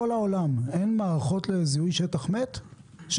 בכל העולם אין בנמצא מערכות לזיהוי שטח מת שאפשר